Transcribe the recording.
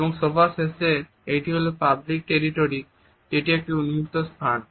এবং সবার শেষে এটি হলো পাবলিক টেরিটরি যেটি একটি উন্মুক্ত স্থান